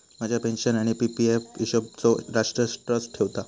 माझ्या पेन्शन आणि PP F हिशोबचो राष्ट्र ट्रस्ट ठेवता